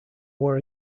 war